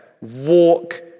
walk